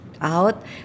out